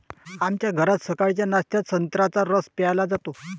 आमच्या घरात सकाळच्या नाश्त्यात संत्र्याचा रस प्यायला जातो